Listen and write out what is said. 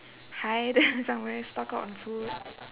hide somewhere stock up on food